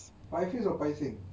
pie face or pie thing